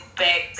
back